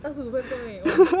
二十五分钟而已 !wah!